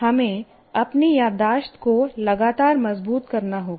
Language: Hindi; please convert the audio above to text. हमें अपनी याददाश्त को लगातार मजबूत करना होगा